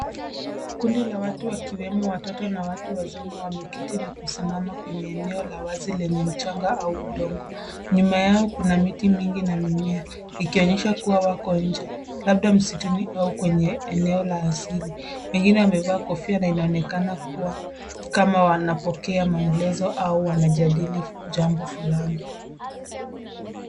Kundi la watu wakiwemo watoto na watu wazima wameketi na kusimama kwenye eneo la wazi lenye mchanga au udongo. Nyuma wao kuna miti mingi na mimea ikionyesha kuwa wako nje labda msituni au kwenye eneo la asili. Wengine wamevaa kofia na inaonekana kuwa kama wanapokea maelezo au wanajadili jambo fulani.